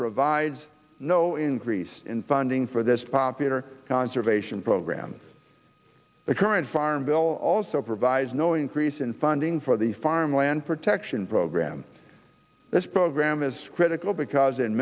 provides no increase in funding for this popular conservation program the current farm bill also provides no increase in funding for the farmland protection program this program is critical because in